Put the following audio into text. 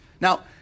Now